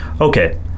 Okay